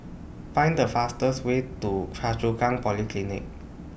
Find The fastest Way to Choa Chu Kang Polyclinic